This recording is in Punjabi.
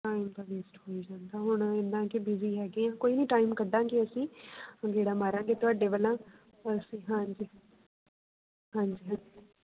ਟਾਈਮ ਤਾਂ ਵੈਸਟ ਹੋਏ ਜਾਂਦਾ ਹੁਣ ਇੰਨਾ ਕੁ ਵੀਜ਼ੀ ਹੈਗੇ ਹਾਂ ਕੋਈ ਨਹੀਂ ਟਾਈਮ ਕੱਢਾਂਗੇ ਅਸੀਂ ਹੁਣ ਗੇੜਾ ਮਾਰਾਂਗੇ ਤੁਹਾਡੇ ਵੱਲ ਅਸੀਂ ਹਾਂਜੀ ਹਾਂਜੀ ਹਾਂਜੀ